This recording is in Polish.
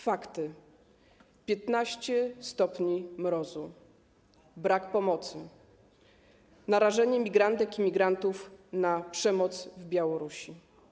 Fakty: 15 stopni mrozu, brak pomocy, narażenie migrantek i migrantów na przemoc na Białorusi.